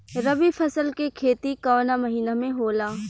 रवि फसल के खेती कवना महीना में होला?